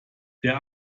der